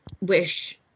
wish